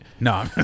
No